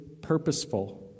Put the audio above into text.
purposeful